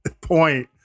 point